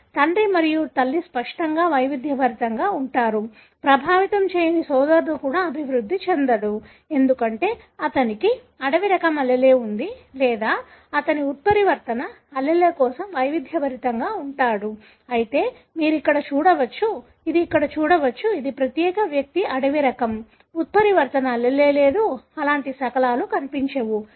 కాబట్టి తండ్రి మరియు తల్లి స్పష్టంగా వైవిధ్యభరితంగా ఉంటారు ప్రభావితం చేయని సోదరుడు కూడా అభివృద్ధి చెందడు ఎందుకంటే అతనికి అడవి రకం allele ఉంది లేదా అతను ఉత్పరివర్తన allele కోసం వైవిధ్యభరితంగా ఉంటాడు అయితే మీరు ఇక్కడ చూడవచ్చు ఇది ఇక్కడ చూడవచ్చు ఇది ప్రత్యేక వ్యక్తి అడవి రకం ఉత్పరివర్తన allele లేదు అలాంటి శకలాలు కనిపించవు